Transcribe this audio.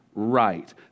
Right